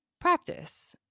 practice